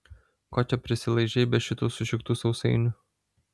ko čia prisilaižei be šitų sušiktų sausainių